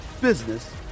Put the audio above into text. business